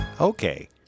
okay